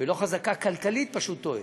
ולא חזקה כלכלית פשוט טועה,